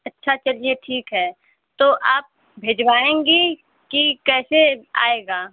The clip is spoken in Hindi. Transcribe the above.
अच्छा चलिए ठीक है तो आप भिजवाएंगी कि कैसे आएगा